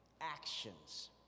actions